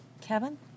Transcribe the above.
Kevin